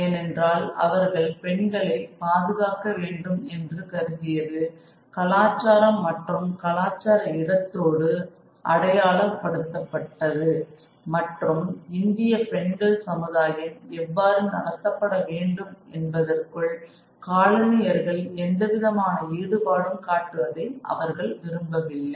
ஏனென்றால் அவர்கள் பெண்களை பாதுகாக்க வேண்டும் என்று கருதியது கலாச்சாரம் மற்றும் கலாச்சார இடத்தோடு அடையாளப்படுத்தப்பட்டது மற்றும் இந்திய பெண்கள் சமுதாயம் எவ்வாறு நடத்தப்பட வேண்டும் என்பதற்குள் காலனியர்கள் எந்தவிதமான ஈடுபாடும் காட்டுவதை அவர்கள் விரும்பவில்லை